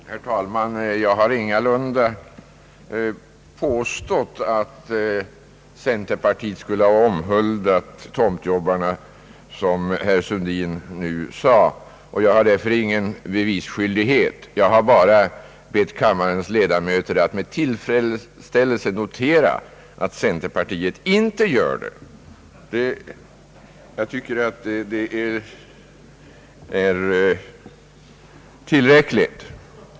Herr talman! Jag har ingalunda påstått att centerpartiet skulle ha omhuldat tomtjobbarna, som herr Sundin nu nämnde, och jag har därför ingen bevisskyldighet. Jag har bara bett kammarens ledamöter att med tillfredsställelse notera, att centerpartiet inte gör det! Jag tycker att det är tillräckligt.